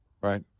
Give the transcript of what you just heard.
right